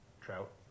trout